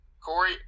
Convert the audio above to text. Corey